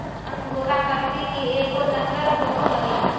angora बकरी के एगो नसल होवऽ हई